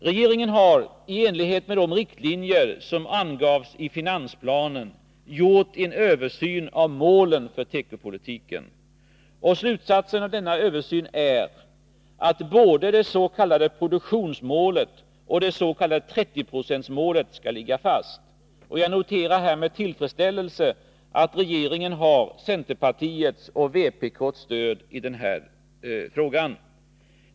Regeringen har, i enlighet med de riktlinjer som angavs i finansplanen, gjort en översyn av målen för tekopolitiken. Slutsatsen av denna översyn är att både det s.k. produktionsmålet och det s.k. 30-procentsmålet skall ligga fast. Jag noterar med tillfredsställelse att regeringen har både centerpartiets och vpk:s stöd på denna punkt.